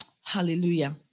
Hallelujah